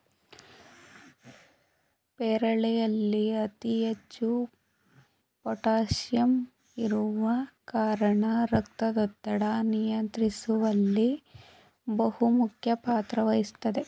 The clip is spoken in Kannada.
ಪೇರಳೆಯಲ್ಲಿ ಅತಿ ಹೆಚ್ಚು ಪೋಟಾಸಿಯಂ ಇರುವ ಕಾರಣ ರಕ್ತದೊತ್ತಡ ನಿಯಂತ್ರಿಸುವಲ್ಲಿ ಬಹುಮುಖ್ಯ ಪಾತ್ರ ವಹಿಸ್ತದೆ